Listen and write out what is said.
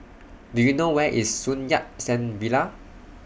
Do YOU know Where IS Sun Yat Sen Villa